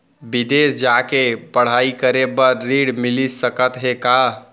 बिदेस जाके पढ़ई करे बर ऋण मिलिस सकत हे का?